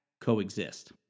coexist